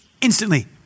instantly